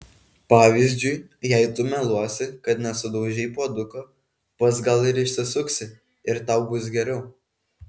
pavyzdžiui jei tu meluosi kad nesudaužei puoduko pats gal ir išsisuksi ir tau bus geriau